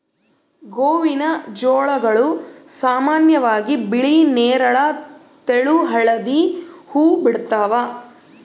ಗೋವಿನಜೋಳಗಳು ಸಾಮಾನ್ಯವಾಗಿ ಬಿಳಿ ನೇರಳ ತೆಳು ಹಳದಿ ಹೂವು ಬಿಡ್ತವ